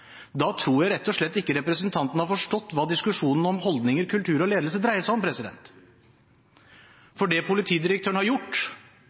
da tror jeg rett og slett ikke representanten har forstått hva diskusjonen om holdninger, kultur og ledelse dreier seg om. Det politidirektøren har gjort,